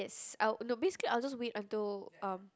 yes uh no basically I will just wait until um